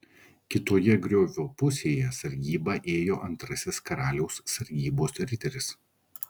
kitoje griovio pusėje sargybą ėjo antrasis karaliaus sargybos riteris